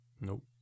Nope